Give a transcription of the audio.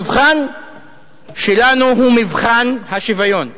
המבחן שלנו הוא מבחן השוויון.